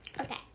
Okay